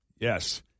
Yes